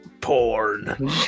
PORN